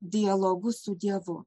dialogu su dievu